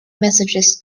messages